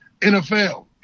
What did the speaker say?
NFL